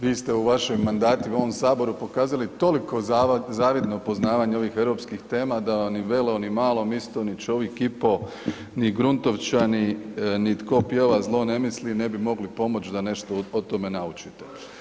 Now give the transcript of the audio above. Vi ste u vašim mandatima u ovom saboru pokazali toliko zavidno poznavanje ovih europskih tema da vam ni „Velo“, ni „Malo misto“, ni „Čovik i po“, ni „Gruntovčani“, ni „Tko pjeva zlo ne misli“ ne bi mogli pomoć da nešto o tome naučite.